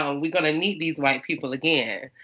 um we're gonna need these white people again.